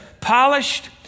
polished